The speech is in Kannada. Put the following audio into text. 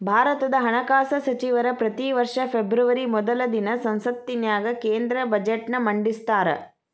ಭಾರತದ ಹಣಕಾಸ ಸಚಿವರ ಪ್ರತಿ ವರ್ಷ ಫೆಬ್ರವರಿ ಮೊದಲ ದಿನ ಸಂಸತ್ತಿನ್ಯಾಗ ಕೇಂದ್ರ ಬಜೆಟ್ನ ಮಂಡಿಸ್ತಾರ